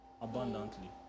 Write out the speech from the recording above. Abundantly